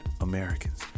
Americans